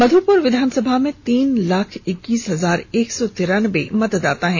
मध्यपुर विधानसभा में तीन लाख इक्कीस हजार एक सौ तिरानबे मतदाता है